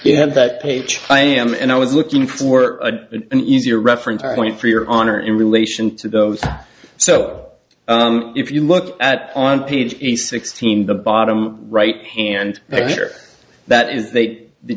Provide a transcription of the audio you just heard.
have that page i am and i was looking for a an easier reference point for your honor in relation to those so if you look at on page sixteen the bottom right hand there that is that the